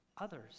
others